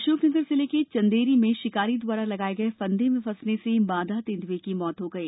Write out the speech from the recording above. अशोकनगर जिले के चंदेरी में शिकारी द्वारा लगाए गए फंदे में फंसने से मादा तेंदुए की मौत हो गई